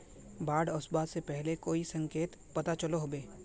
बाढ़ ओसबा से पहले कोई संकेत पता चलो होबे?